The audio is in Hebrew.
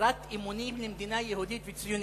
הצהרת אמונים למדינה יהודית וציונית.